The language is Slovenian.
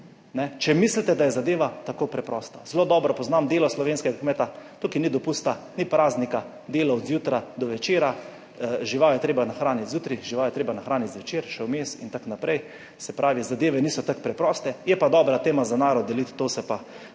če mislite, da je zadeva tako preprosta. Zelo dobro poznam delo slovenskega kmeta, tukaj ni dopusta, ni praznika, delo od zjutraj do večera, žival je treba nahraniti zjutraj, žival je treba nahraniti zvečer, še vmes in tako naprej. Se pravi, zadeve niso tako preproste. Je pa dobra tema za narod, deliti, to se pa,